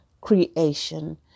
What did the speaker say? creation